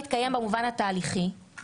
יש לכם את האנשים שבודקים את זה.